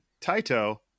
Taito